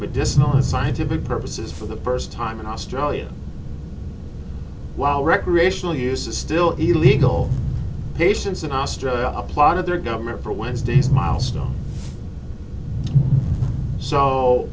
medicinal and scientific purposes for the first time in australia while recreational use is still illegal patience in australia a plot of the government for wednesday's milestone so